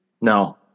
No